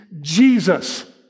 Jesus